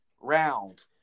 round